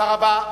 תודה רבה.